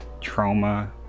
trauma